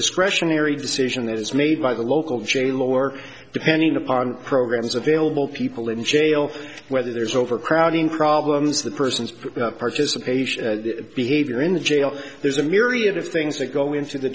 discretionary decision that is made by the local jail or depending upon programs available people in jail whether there's overcrowding problems the person's participation behavior in the jail there's a myriad of things that go into the